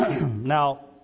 Now